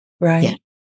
right